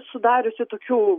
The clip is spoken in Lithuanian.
sudariusi tokių